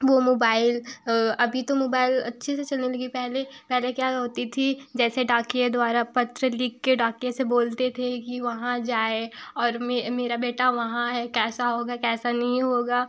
वे mobile अभी तो mobile अच्छे से चलने लगी पहले पहले क्या होता थी जैसे डाकिए द्वारा पत्र लिख कर डाकिए से बोलते थे कि वहाँ जाएँ और मे मेरा बेटा वहाँ है कैसा होगा कैसा नहीं होगा